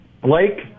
Blake